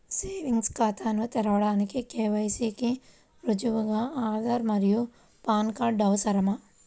savings ఖాతాను తెరవడానికి KYC కి రుజువుగా ఆధార్ మరియు పాన్ కార్డ్ అవసరం